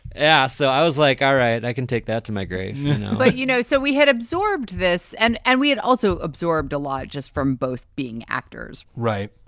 yeah. so i was like, all right, i can take that to my grave but you know, so we had absorbed this and and we had also absorbed a lot just from both being actors. right.